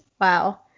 Wow